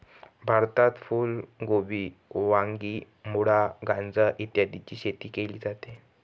भारतात फुल कोबी, वांगी, मुळा, गाजर इत्यादीची शेती केली जाते